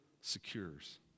secures